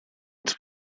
its